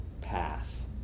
path